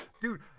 Dude